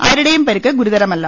ആരുടേയും പരു ക്ക് ഗുരുതരമല്ല